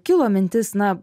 kilo mintis na